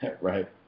Right